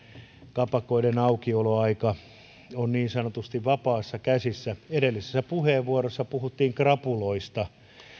kapakoiden aukioloaika on niin sanotusti vapaissa käsissä edellisessä puheenvuorossa puhuttiin krapuloista